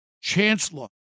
chancellor